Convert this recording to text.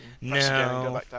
No